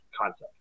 concept